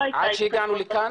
עד שהגענו לכאן?